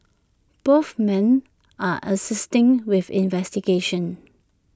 both men are assisting with investigations